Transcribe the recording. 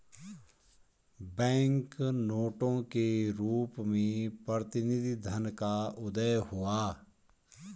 bank नोटों के रूप में प्रतिनिधि धन का उदय हुआ